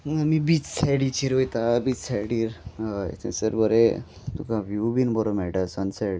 आमी बीच सायडीचेर वयता बीच सायडीर हय थंयसर बरें तुका व्यू बीन बरो मेळटा सनसॅट